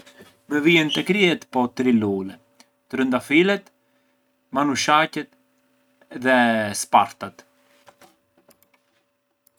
Më vijën te kryet po tri lule: trëndafilet, manushaqet e spartat.